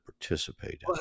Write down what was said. participate